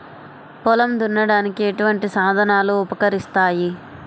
పొలం దున్నడానికి ఎటువంటి సాధనాలు ఉపకరిస్తాయి?